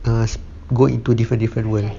err go into different different world